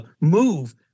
move